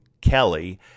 Kelly